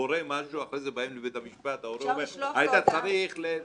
קורה משהו אחרי זה באים לבית המשפט וההורה אומר: היית צריך וכו'.